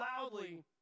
loudly